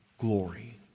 glory